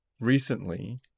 recently